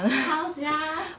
how sia